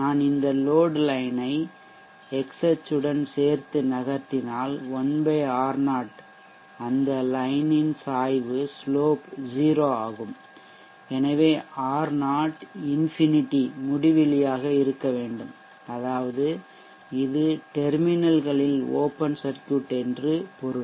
நான் இந்த லோட் லைன்யை x அச்சுடன் சேர்த்து நகர்த்தினால் 1 R0 அந்த லைன் இன் சாய்வு ஸ்லோப் 0 ஆகும் எனவே R0 இன்ஃபினிடி முடிவிலியாக இருக்க வேண்டும் அதாவது இது டெர்மினல்களில் ஓப்பன் சர்க்யூட் என்று பொருள்